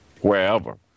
wherever